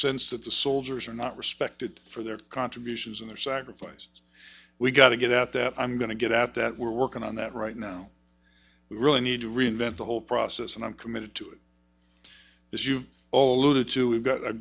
sense that the soldiers are not respected for their contributions and their sacrifice we got to get out that i'm going to get out that we're working on that right now we really need to reinvent the whole process and i'm committed to it as you all know the two we've got a